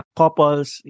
couples